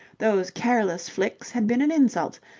those careless flicks had been an insult,